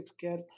care